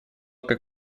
как